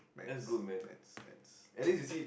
maths maths maths maths